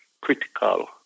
critical